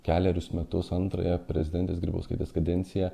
kelerius metus antrąją prezidentės grybauskaitės kadenciją